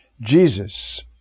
Jesus